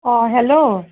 অঁ হেল্ল'